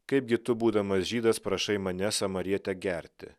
kaipgi tu būdamas žydas prašai mane samarietę gerti